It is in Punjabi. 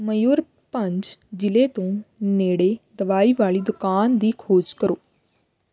ਮਯੂਰਭੰਜ ਜ਼ਿਲ੍ਹੇ ਦੇ ਨੇੜੇ ਦਵਾਈ ਵਾਲੀ ਦੁਕਾਨ ਦੀ ਖੋਜ ਕਰੋ